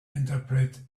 interpret